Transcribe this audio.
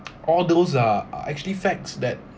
all those are are actually facts that